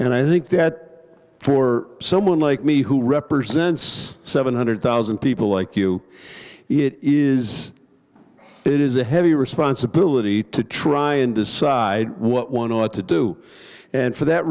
and i think that for someone like me who represents seven hundred thousand people like you it is it is a heavy responsibility to try and decide what one ought to do and for that